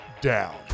Down